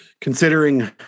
considering